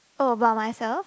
all about myself